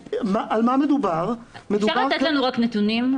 אפשר לתת לנו נתונים?